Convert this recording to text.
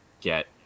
get